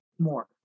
more